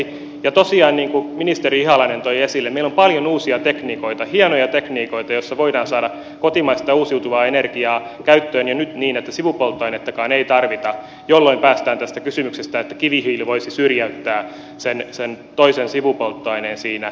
tosiaan niin kuin ministeri ihalainen toi esille meillä on paljon uusia tekniikoita hienoja tekniikoita joissa voidaan saada kotimaista ja uusiutuvaa energiaa käyttöön jo nyt niin että sivupolttoainettakaan ei tarvita jolloin päästään tästä kysymyksestä että kivihiili voisi syrjäyttää sen toisen sivupolttoaineen siinä